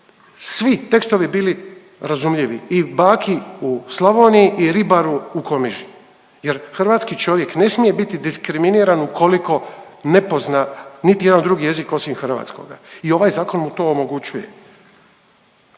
svi tekstovi bili razumljivi i baki u Slavoniji i ribaru u Komiži jer hrvatski čovjek ne smije biti diskriminiran ukoliko ne pozna niti jedan drugi jezik osim hrvatskoga. I ovaj zakon mu to omogućuje.